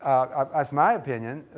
um that's my opinion,